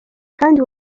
kandi